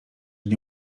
nie